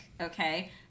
okay